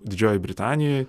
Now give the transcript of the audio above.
didžioji britanija